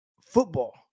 football